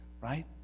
right